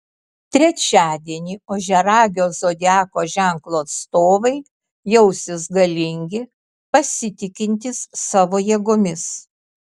trečiadienį ožiaragio zodiako ženklo atstovai jausis galingi pasitikintys savo jėgomis